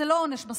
זה לא עונש מספיק.